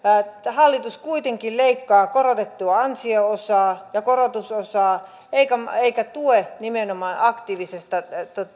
hallitus kuitenkin leikkaa korotettua ansio osaa ja korotusosaa eikä tue nimenomaan aktiivista